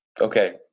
Okay